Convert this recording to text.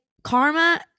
Karma